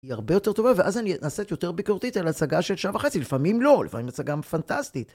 היא הרבה יותר טובה ואז אני אנסה יותר ביקורתית על הצגה של שעה וחצי, לפעמים לא, לפעמים הצגה פנטסטית.